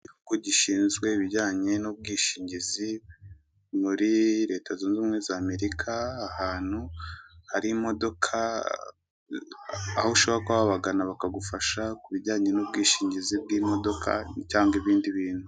Ikigo gishinzwe ibijyanye n'ubwishingizi muri leta zunze ubumwe za Amerika, ahantu hari imodoka aho ushobora kuba wabagana bakagufasha kubijyanye n'ubwishingizi bw'imodoka cyangwa ibindi bintu.